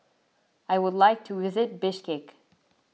I would like to visit Bishkek